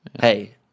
hey